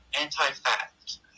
anti-fact